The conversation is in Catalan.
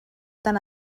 tant